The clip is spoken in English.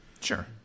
Sure